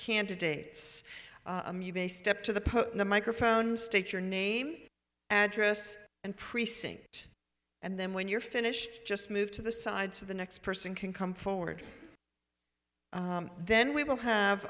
candidates step to the microphone state your name address and precinct and then when you're finished just move to the side to the next person can come forward then we will have